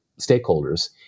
stakeholders